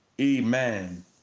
amen